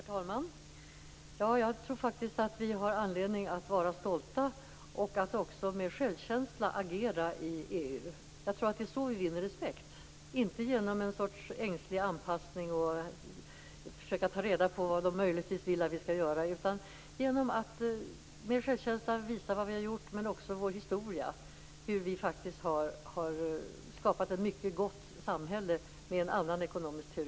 Herr talman! Jag tror faktiskt att vi har anledning att vara stolta och att agera med självkänsla i EU. Jag tror att det är så vi vinner respekt - inte genom en sorts ängslig anpassning och genom att försöka ta reda på vad de andra möjligtvis vill att vi skall göra. Det handlar om att med självkänsla visa vad vi har gjort men också om att visa vår historia; hur vi faktiskt har skapat ett mycket gott samhälle med en annan ekonomisk teori.